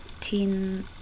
teen